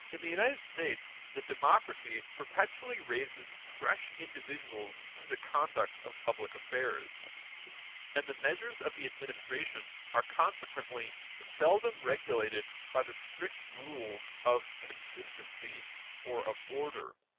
in the united states the democracy perpetually raises fresh individuals to the conduct of public affairs and the measures of the administration are consequently seldom regulated by the strict rules of consistency or of order.